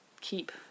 keep